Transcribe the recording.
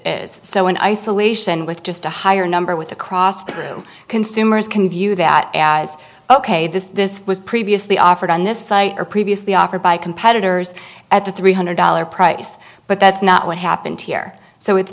is so in isolation with just a higher number with across the room consumers can view that as ok this was previously offered on this site or previously offered by competitors at the three hundred dollars price but that's not what happened here so it's